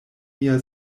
mia